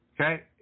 Okay